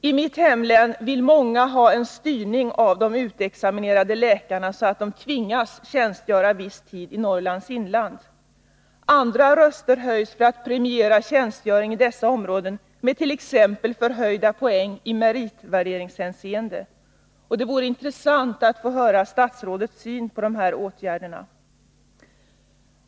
I mitt hemlän vill många ha en styrning av de nyutexaminerade läkarna, så att de tvingas tjänstgöra en viss tid i Norrlands inland. Andra röster höjs för att premiera tjänstgöring i dessa områden med t.ex. högre poäng i meritvärderingshänseende. Det vore intressant att få höra statsrådets syn på sådana åtgärder.